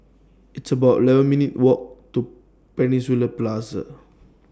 It's about eleven minutes' Walk to Peninsula Plaza